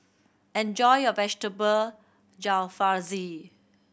enjoy your Vegetable Jalfrezi